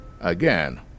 Again